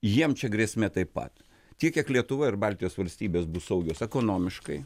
jiem čia grėsmė taip pat tiek kiek lietuva ir baltijos valstybės bus saugios ekonomiškai